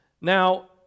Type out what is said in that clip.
Now